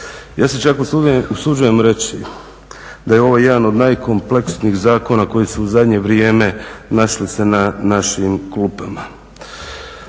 Ja se čak usuđujem reći da je ovo jedan od najkompleksnijih zakona koji su u zadnje vrijeme našli se na našim klupama.